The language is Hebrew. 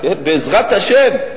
בעזרת השם,